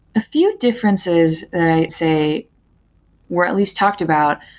a few differences that i'd say we're at least talked about,